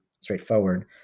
straightforward